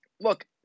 look